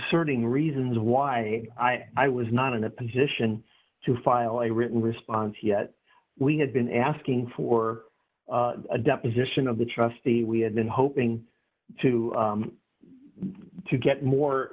asserting reasons why i was not in a position to file a written response yet we had been asking for a deposition of the trustee we had been hoping to to get more